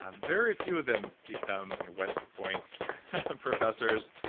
ah very few of them become westpoint professors,